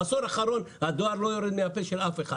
בעשור האחרון הדואר לא יורד מהפה של אף אחד.